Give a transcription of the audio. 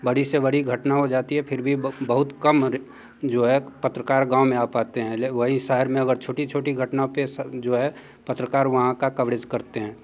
बड़ी से बड़ी घटना हो जाती है फिर भी बहुत कम रे जो है पत्रकार गाँव में आ पाते हैं ले वही शहर में अगर छोटी छोटी घटना पर से जो है पत्रकार वहाँ का कवरेज करते हैं